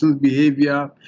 behavior